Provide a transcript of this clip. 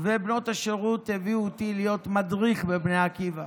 בנות השירות הביאו אותי להיות מדריך בבני עקיבא